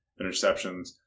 interceptions